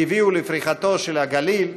שהביאו לפריחתו של הגליל,